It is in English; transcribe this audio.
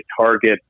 target